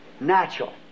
natural